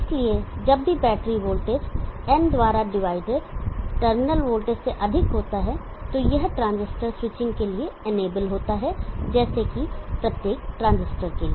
इसलिए जब भी बैटरी वोल्टेज n द्वारा डिवाइडेड टर्मिनल वोल्टेज से अधिक होता है तो यह ट्रांजिस्टर स्विचिंग के लिए इनेबल होता है ऐसा ही प्रत्येक ट्रांजिस्टर के लिए